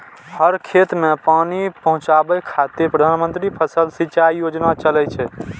हर खेत कें पानि पहुंचाबै खातिर प्रधानमंत्री फसल सिंचाइ योजना चलै छै